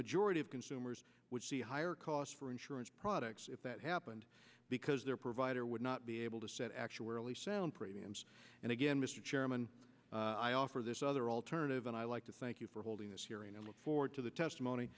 majority of consumers would see higher costs for insurance products if that happened because their provider would not be able to set actuarially sound premiums and again mr chairman i offer this other alternative and i like to thank you for holding this hearing and look forward to the testimony